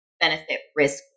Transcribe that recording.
benefit-risk